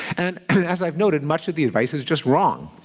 and and as i've noted, much of the advice is just wrong.